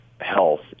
health